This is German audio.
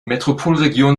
metropolregion